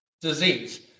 disease